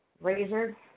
Razor